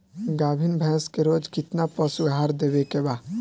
गाभीन भैंस के रोज कितना पशु आहार देवे के बा?